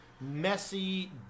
messy